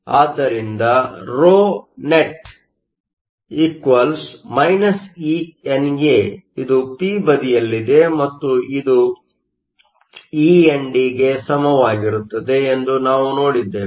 ಆದ್ದರಿಂದ ρnet eNA ಇದು P ಬದಿಯಲ್ಲಿದೆ ಮತ್ತು ಇದು END ಗೆ ಸಮವಾಗಿರುತ್ತದೆ ಎಂದು ನಾವು ನೋಡಿದ್ದೇವೆ